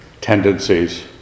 tendencies